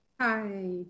Hi